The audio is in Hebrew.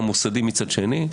והמוסדי מצד שני,